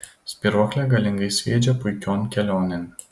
spyruoklė galingai sviedžia puikion kelionėn